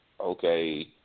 okay